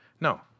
no